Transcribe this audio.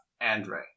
Andre